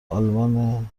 آلمان